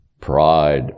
Pride